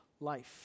life